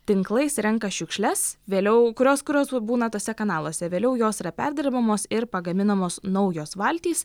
tinklais renka šiukšles vėliau kurios kurios būna tuose kanaluose vėliau jos yra perdirbamos ir pagaminamos naujos valtys